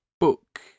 book